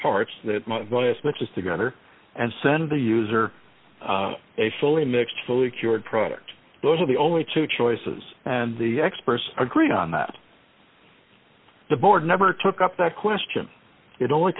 parts that might last much as together and send the user a fully mixed fully cured product those are the only two choices and the experts agree on that the board never took up that question it only